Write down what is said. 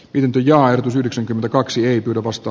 lintuja yhdeksänkymmentäkaksi opasta